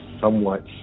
somewhat